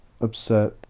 upset